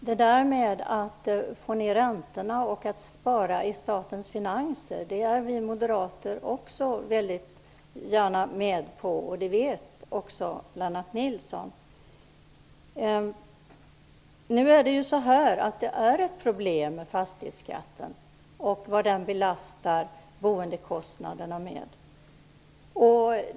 Fru talman! Att få ned räntorna och att spara i statens finanser är vi moderater också mycket gärna med på, och det vet Lennart Nilsson. Nu är fastighetsskatten och det den belastar boendekostnaderna med ett problem.